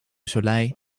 soleil